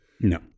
No